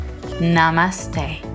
Namaste